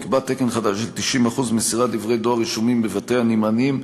נקבע תקן חדש של 90% מסירת דברי דואר רשומים בבתי הנמענים,